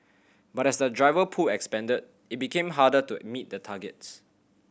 but as the driver pool expanded it became harder to meet the targets